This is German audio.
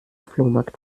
flohmarkt